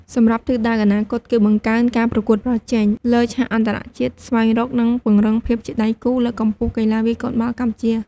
សម្រាប់ទិសដៅអនាគត គឺបង្កើនការប្រកួតប្រជែងលើឆាកអន្តរជាតិ ស្វែងរកនិងពង្រឹងភាពជាដៃគូ លើកកម្ពស់កីឡាវាយកូនបាល់កម្ពុជា។